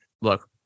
Look